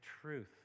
truth